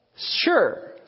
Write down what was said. Sure